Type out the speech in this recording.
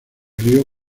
río